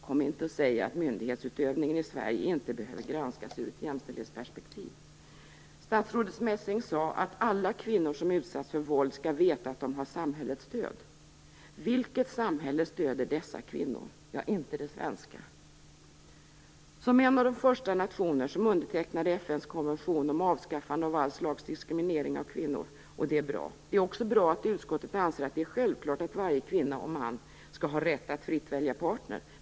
Kom inte och säg att myndighetsutövningen i Sverige inte behöver granskas ur ett jämställdhetsperspektiv! Statsrådet Messing sade att alla kvinnor som utsätts för våld skall veta att de har samhällets stöd. Vilket samhälle stöder dessa kvinnor? Ja, inte det svenska! Som en av de första nationerna undertecknade Sverige FN:s konvention om avskaffande av all slags diskriminering av kvinnor, och det är bra. Det är också bra att utskottet anser att det är självklart att varje kvinna och man skall ha rätt att fritt välja partner.